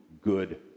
good